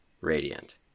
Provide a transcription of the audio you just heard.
radiant